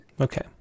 Okay